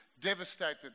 devastated